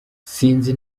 sinzi